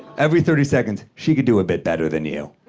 every thirty seconds, she could do a bit better than you.